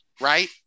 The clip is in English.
right